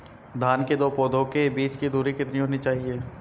धान के दो पौधों के बीच की दूरी कितनी होनी चाहिए?